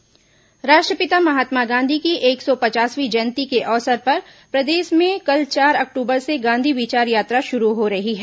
गांधी विचार यात्रा ्राष्ट्रपिता महात्मा गांधी की एक सौ पचासवीं जयंती के अवसर पर प्रदेश में कल चार अक्टूबर से गांधी विचार यात्रा शुरू हो रही है